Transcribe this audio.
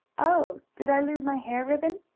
oh, did i lose my hair ribbon?